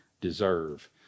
deserve